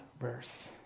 verse